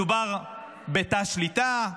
מדובר בתא שליטה,